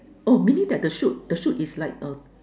oh maybe that the shoot the shoot is like uh